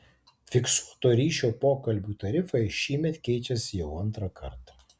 fiksuoto ryšio pokalbių tarifai šįmet keičiasi jau antrą kartą